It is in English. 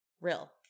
Real